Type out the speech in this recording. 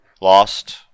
lost